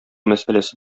мәсьәләсе